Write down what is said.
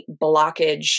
blockage